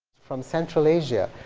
from central asia,